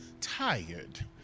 tired